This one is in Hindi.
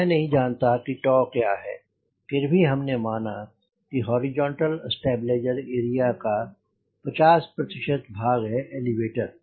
मैं नहीं जानता कि क्या है फिर भी हमने माना है कि हॉरिजॉन्टल स्टेबलाइजर एरिया का 50 भाग है एलीवेटर